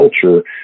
culture